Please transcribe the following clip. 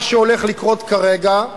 מה שהולך לקרות כרגע,